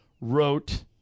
wrote